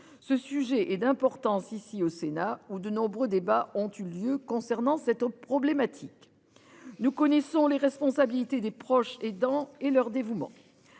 Ce sujet est d'importance, ici au Sénat où de nombreux débats ont eu lieu concernant cette problématique. Nous connaissons les responsabilités des proches aidants et leur dévouement.